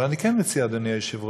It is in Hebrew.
אבל אני כן מציע, אדוני היושב-ראש,